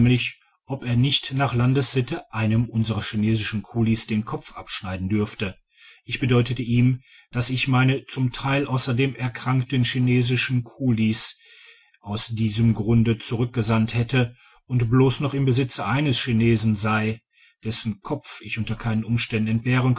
ob er nicht nach landessitte einem unserer chinesischen kuiis den kopf abschneiden dürfe ich bedeutete ihm dass ich meine zum teil ausserdem erkrankten chinesischen kulis aus diesem grunde zurückgesandt hätte und bloss noch im besitze eines chinesen sei dessen kopf ich unter keinen umständen